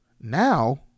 now